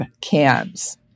cans